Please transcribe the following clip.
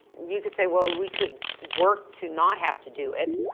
you could say, well we could work to not have to do it.